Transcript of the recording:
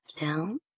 down